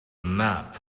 map